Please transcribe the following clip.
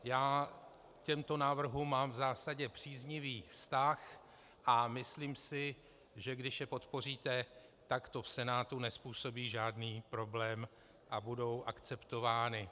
Já k těmto návrhům mám v zásadě příznivý vztah a myslím si, že když je podpoříte, tak to v Senátu nezpůsobí žádný problém a budou akceptovány.